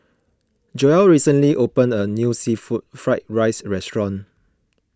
Joelle recently opened a new Seafood Fried Rice restaurant